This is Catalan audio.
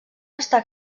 està